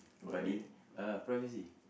buddy uh privacy